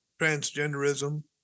transgenderism